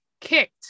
kicked